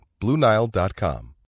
BlueNile.com